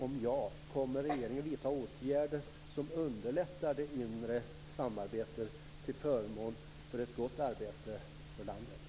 Om ja, kommer regeringen att vidta åtgärder som underlättar det inre samarbetet till förmån för ett gott arbete för landet?